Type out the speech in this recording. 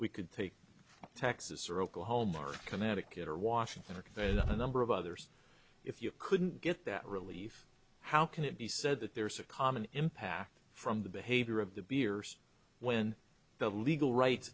we could take texas or oklahoma or connecticut or washington or there's the number of others if you couldn't get that relief how can it be said that there's a common impact from the behavior of the beers when the legal rights